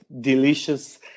delicious